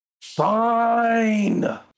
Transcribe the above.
Fine